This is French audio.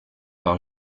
par